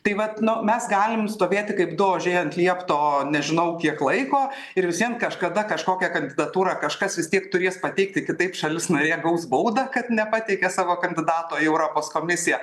tai vat nu mes galim stovėti kaip daužė ant liepto nežinau kiek laiko ir vis vien kažkada kažkokią kandidatūrą kažkas vis tiek turės pateikti kitaip šalis narė gaus baudą kad nepateikė savo kandidato į europos komisiją